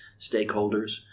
stakeholders